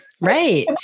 Right